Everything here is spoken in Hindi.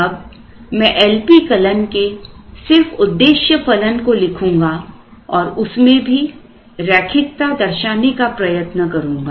अब मैं LP कलन के सिर्फ उद्देश्य फलन को लिखूंगा और उसमें भी रैखिकता दर्शाने का प्रयत्न करूंगा